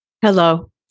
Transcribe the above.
hello